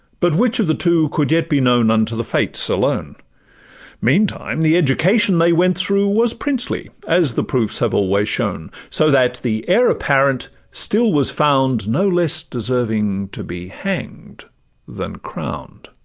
but which of the two could yet be known unto the fates alone meantime the education they went through was princely, as the proofs have always shown so that the heir apparent still was found no less deserving to be hang'd than crown'd.